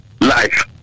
life